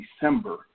December